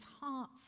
hearts